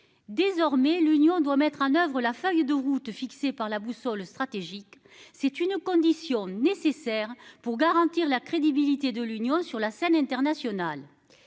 désormais l'Union doit mettre en oeuvre la feuille de route fixée par la boussole stratégique, c'est une condition nécessaire pour garantir la crédibilité de l'Union sur la scène internationale.